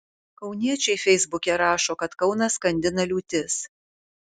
kauniečiai feisbuke rašo kad kauną skandina liūtis